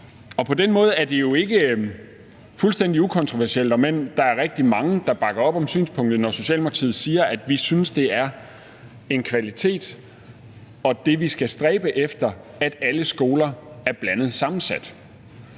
På den måde er det jo ikke fuldstændig ukontroversielt – om end der er rigtig mange, der bakker op om synspunktet – når Socialdemokratiet siger, at vi synes, det er en kvalitet og noget, vi skal stræbe efter, at alle skoler er blandet sammensat.